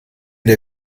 der